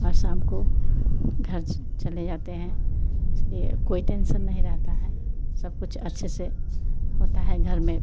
और शाम को घर चले जाते हैं इसलिए कोई टेन्सन नहीं रहता है सब कुछ अच्छे से होता है घर में